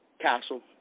Castle